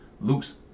Luke's